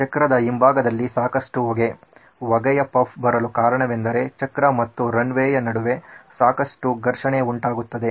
ಚಕ್ರದ ಹಿಂಭಾಗದಲ್ಲಿ ಸಾಕಷ್ಟು ಹೊಗೆ ಹೊಗೆಯ ಪಫ್ ಬರಲು ಕಾರಣವೆಂದರೆ ಚಕ್ರ ಮತ್ತು ರನ್ ವೇಯ ನಡುವೆ ಸಾಕಷ್ಟು ಘರ್ಷಣೆ ಉಂಟಾಗುತ್ತದೆ